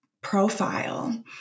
profile